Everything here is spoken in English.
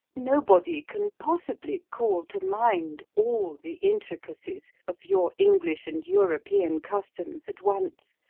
nobody can possibly call to mind all the intricacies of your english and european customs at once,